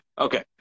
okay